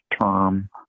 term